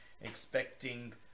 expecting